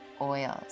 oils